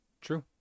True